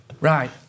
Right